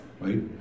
Right